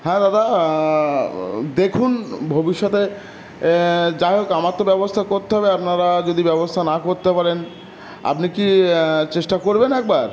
হ্যাঁ দাদা দেখুন ভবিষ্যতে যাই হোক আমার তো ব্যবস্থা করতে হবে আপনারা যদি ব্যবস্থা না করতে পারেন আপনি কি চেষ্টা করবেন একবার